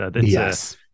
yes